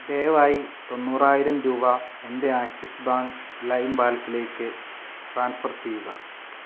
ദയവായി തൊണ്ണൂറായിരം രൂപ എൻ്റെ ആക്സിസ് ബാങ്ക് ലൈം വാലറ്റിലേക്ക് ട്രാൻസ്ഫർ ചെയ്യുക